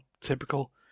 typical